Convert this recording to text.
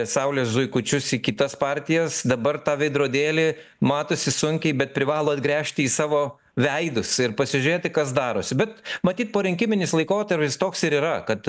saulės zuikučius į kitas partijas dabar tą veidrodėlį matosi sunkiai bet privalo atgręžti į savo veidus ir pasižiūrėti kas darosi bet matyt porinkiminis laikotarpis toks ir yra kad